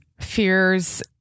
fears